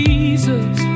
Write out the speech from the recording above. Jesus